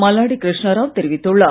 மல்லாடி கிருஷ்ணராவ் தெரிவித்துள்ளார்